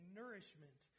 nourishment